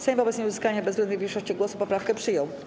Sejm wobec nieuzyskania bezwzględnej większości głosów poprawkę przyjął.